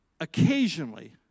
occasionally